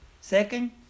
Second